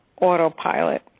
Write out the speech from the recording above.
autopilot